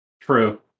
True